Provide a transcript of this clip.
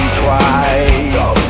twice